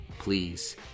Please